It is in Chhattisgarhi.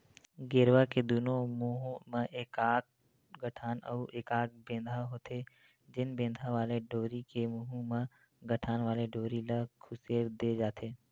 गेरवा के दूनों मुहूँ म एकाक गठान अउ एकाक बेंधा होथे, जेन बेंधा वाले डोरी के मुहूँ म गठान वाले डोरी ल खुसेर दे जाथे